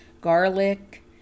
Garlic